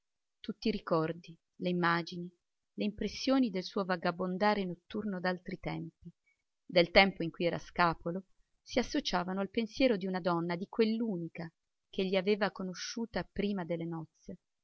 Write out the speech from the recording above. tutti i ricordi le immagini le impressioni del suo vagabondare notturno d'altri tempi del tempo in cui era scapolo si associavano al pensiero di una donna di quell'unica ch'egli aveva conosciuta prima delle nozze